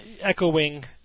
echoing